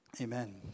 Amen